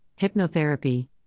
hypnotherapy